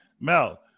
Mel